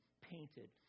painted